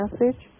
message